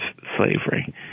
slavery